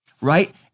Right